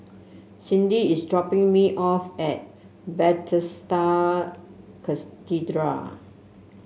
Cindi is dropping me off at Bethesda Cathedral